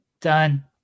done